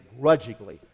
grudgingly